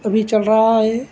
اَبھی چل رہا ہے